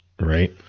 Right